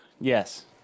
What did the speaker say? yes